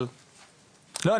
אבל --- לא,